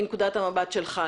מנקודת המבט שלך,